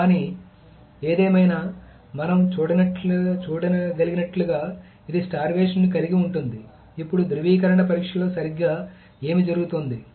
కానీ ఏదేమైనా మనం చూడగలిగినట్లుగా ఇది స్టార్వేషన్ ని కలిగి ఉంటుంది ఇప్పుడు ధ్రువీకరణ పరీక్షలో సరిగ్గా ఏమి జరుగుతోంది